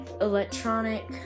electronic